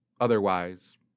otherwise